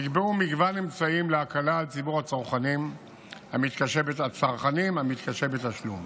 נקבעו מגוון אמצעים להקלה על ציבור הצרכנים המתקשה בתשלום.